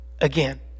again